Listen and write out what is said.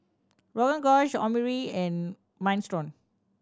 Rogan Josh Omurice and Minestrone